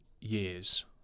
years